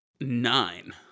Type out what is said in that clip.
Nine